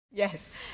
Yes